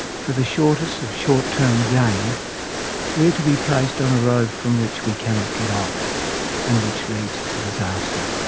for the shortest of short-term gain we are to be placed on a road from which we cannot get off and which leads to disaster.